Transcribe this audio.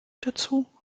dazu